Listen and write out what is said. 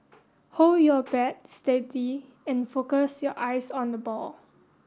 hold your bat steady and focus your eyes on the ball